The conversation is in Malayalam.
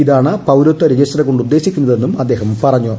ഇതാണ് പൌരത്വരജിസ്റ്റർ കൊണ്ട് ഉദ്ദേശിക്കുന്നതെന്നും അദ്ദേഹം പറഞ്ഞു